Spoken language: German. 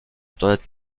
steuert